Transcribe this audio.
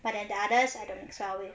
but then the others I don't mix well with